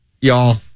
y'all